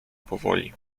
powoli